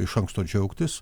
iš anksto džiaugtis